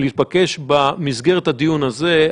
-- להתמקד במסגרת הדיון הזה.